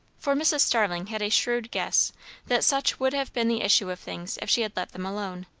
for mrs. starling had a shrewd guess that such would have been the issue of things if she had let them alone.